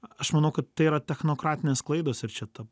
aš manau kad tai yra technokratinės klaidos ir čia ta